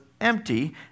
empty